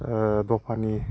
दस्रानि